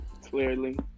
Clearly